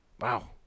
wow